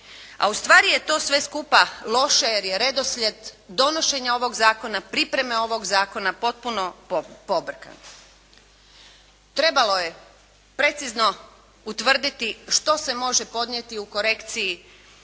A ustvari je to sve skupa loše jer je redoslijed donošenja ovog zakona, pripreme ovog zakona potpuno pobrkan. Trebalo je precizno utvrditi što se može podnijeti u korekciji